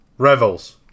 Revels